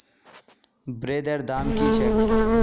ब्रेदेर दाम की छेक